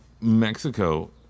Mexico